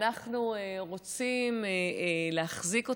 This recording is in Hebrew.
אנחנו רוצים להחזיק אותו,